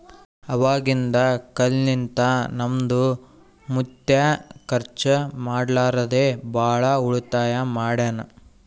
ಅವಾಗಿಂದ ಕಾಲ್ನಿಂತ ನಮ್ದು ಮುತ್ಯಾ ಖರ್ಚ ಮಾಡ್ಲಾರದೆ ಭಾಳ ಉಳಿತಾಯ ಮಾಡ್ಯಾನ್